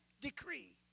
decree